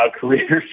careers